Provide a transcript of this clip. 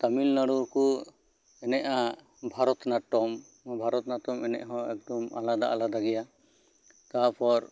ᱛᱟᱢᱤᱞ ᱱᱟᱲᱩ ᱠᱚ ᱮᱱᱮᱡᱼᱟ Bharatanatyam Bharatanatyam ᱮᱱᱮᱡ ᱦᱚᱸ ᱮᱠᱴᱩ ᱟᱞᱟᱫᱟ ᱟᱞᱟᱫᱟ ᱜᱮᱭᱟ ᱛᱟ ᱯᱚᱨ